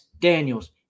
Daniels